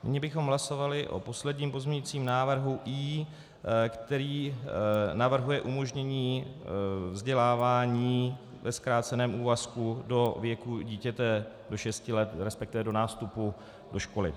Nyní bychom hlasovali o posledním pozměňujícím návrhu I, který navrhuje umožnění vzdělávání ve zkráceném úvazku do věku dítěte šesti let, resp. do nástupu do školy.